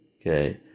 Okay